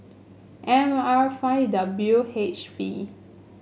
M R five W H V